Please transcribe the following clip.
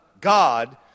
God